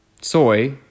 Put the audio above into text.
Soy